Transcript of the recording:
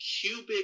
cubic